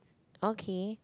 okay